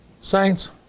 Saints